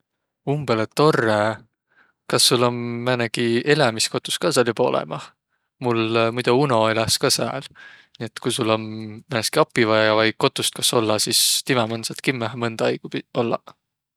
Umbõlõ torrõ! Kas sul om määnegi elämiskotus ka sääl joba olõmah? Mul muido uno eläs ka sääl, et ku sul om määnestki api vaia vai kotust kos ollaq sis timä man saat kimmähe mõnda aigu pi- ollaq.